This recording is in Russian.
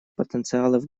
потенциалов